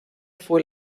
fue